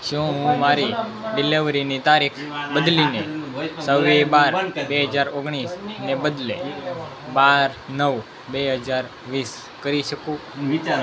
શું હું મારી ડિલિવરીની તારીખ બદલીને છવ્વીસ બાર બે હજાર ઓગણીસ ને બદલે બાર નવ બે હજાર વીસ કરી શકું